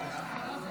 להעביר